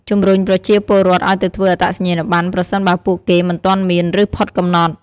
ជំរុញប្រជាពលរដ្ឋឱ្យទៅធ្វើអត្តសញ្ញាណប័ណ្ណ ប្រសិនបើពួកគេមិនទាន់មាន ឬផុតកំណត់។